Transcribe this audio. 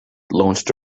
launched